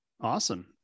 Awesome